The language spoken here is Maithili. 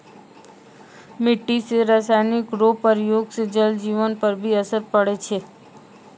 मिट्टी मे रासायनिक रो प्रयोग से जल जिवन पर भी असर पड़ै छै